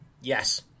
Yes